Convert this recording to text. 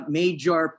major